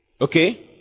Okay